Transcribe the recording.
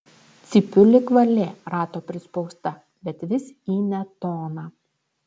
cypiu lyg varlė rato prispausta bet vis į ne toną